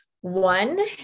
One